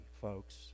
folks